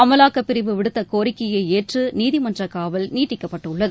அமலாக்கப்பிரிவு விடுத்த கோரிக்கையை ஏற்று நீதிமன்றக் காவல் நீட்டிக்கப்பட்டுள்ளது